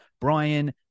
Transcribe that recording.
Brian